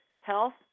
health